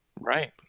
Right